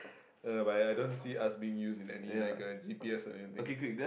uh but I don't see us being used like any g_p_s or anything